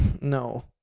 No